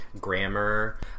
grammar